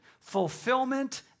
fulfillment